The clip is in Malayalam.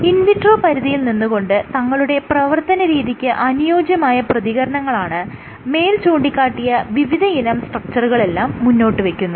ഇൻ വിട്രോ പരിധിയിൽ നിന്നുകൊണ്ട് തങ്ങളുടെ പ്രവർത്തനരീതിക്ക് അനുയോജ്യമായ പ്രതികരണങ്ങളാണ് മേൽ ചൂണ്ടിക്കാട്ടിയ വിവിധയിനം സ്ട്രക്ച്ചറുകളെല്ലാം മുന്നോട്ട് വെയ്ക്കുന്നത്